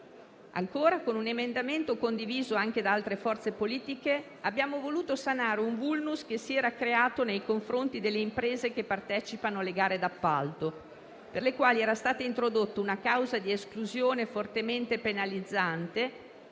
Ancora, con un emendamento condiviso anche da altre forze politiche, abbiamo voluto sanare un *vulnus* che si era creato nei confronti delle imprese che partecipano alle gare d'appalto, per le quali era stata introdotta una causa di esclusione fortemente penalizzante